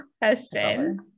question